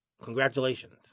congratulations